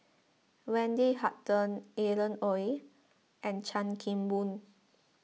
Wendy Hutton Alan Oei and Chan Kim Boon